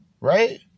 Right